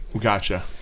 gotcha